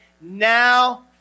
now